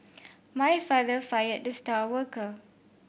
my father fired the star worker